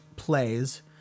plays